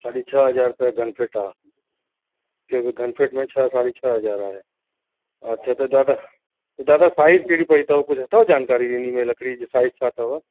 साढी छह हज़ार रुपया घन फीट आहे जेको घन फीट में छह साढी छह हज़ार आहे अछा त दादा त दादा साइज़ कहिड़ी पई अथव कुझु अथव जानकारी इन में लकड़ी जो साइज़ छा अथव